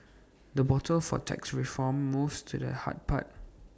the bottle for tax reform moves to the hard part